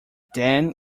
then